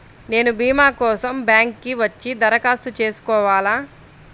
నేను భీమా కోసం బ్యాంక్కి వచ్చి దరఖాస్తు చేసుకోవాలా?